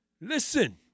Listen